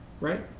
right